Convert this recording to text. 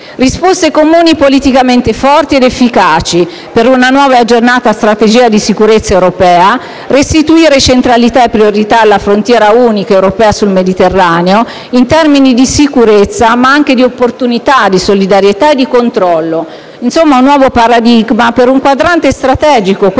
interni), politicamente forti ed efficaci, per una nuova ed aggiornata strategia di sicurezza europea; occorre, altresì, restituire centralità e priorità alla frontiera unica europea sul Mediterraneo, in termini di sicurezza, ma anche di opportunità, di solidarietà e di controllo. Insomma, occorre un nuovo paradigma per un quadrante strategico,